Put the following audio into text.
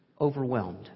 overwhelmed